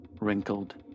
wrinkled